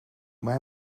mij